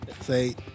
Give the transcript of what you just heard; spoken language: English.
say